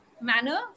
manner